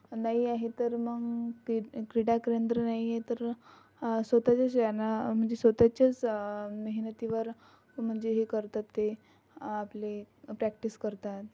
नाही आहे तर मग क्री क्रीडा केंद्र नाही आहे तर स्वतःच्याच ह्यानं म्हणजे स्वतःच्याच मेहनतीवर म्हणजे हे करतात ते आपले प्रॅक्टिस करतात